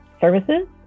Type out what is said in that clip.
services